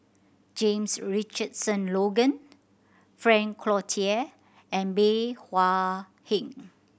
James Richardson Logan Frank Cloutier and Bey Hua Heng